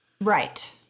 Right